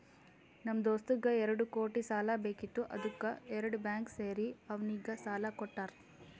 ನಮ್ ದೋಸ್ತಗ್ ಎರಡು ಕೋಟಿ ಸಾಲಾ ಬೇಕಿತ್ತು ಅದ್ದುಕ್ ಎರಡು ಬ್ಯಾಂಕ್ ಸೇರಿ ಅವ್ನಿಗ ಸಾಲಾ ಕೊಟ್ಟಾರ್